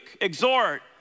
exhort